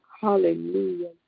Hallelujah